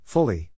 Fully